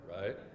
Right